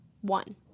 one